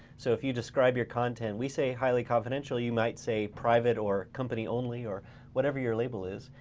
so if you describe your content we say highly confidential, you might say private or company only or whatever your label is.